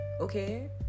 Okay